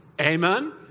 Amen